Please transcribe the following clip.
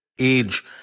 age